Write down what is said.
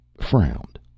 frowned